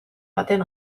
baten